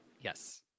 yes